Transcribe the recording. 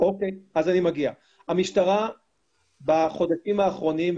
המשטרה בחודשים האחרונים,